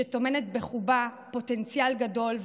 שטומנת בחובה פוטנציאל גדול,